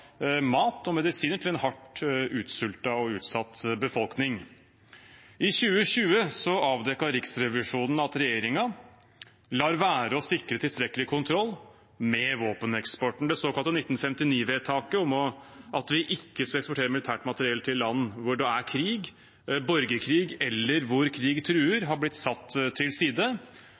mat og medisiner til en hardt utsultet og utsatt befolkning. I 2020 avdekket Riksrevisjonen at regjeringen lar være å sikre tilstrekkelig kontroll med våpeneksporten. Det såkalte 1959-vedtaket, om at vi ikke skal eksportere militært materiell til land hvor det er krig, borgerkrig, eller hvor krig truer, har blitt satt til side,